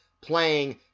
playing